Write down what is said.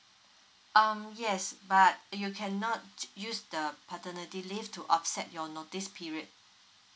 um yes but you cannot use the paternity leave to offset your notice period